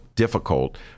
difficult